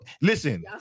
Listen